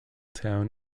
town